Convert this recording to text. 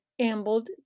ambled